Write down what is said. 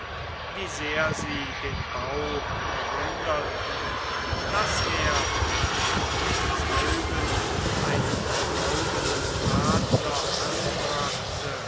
wie sehr sie den bau bewunderten daß er an demselben einen goldenen adler anbrachte